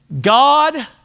God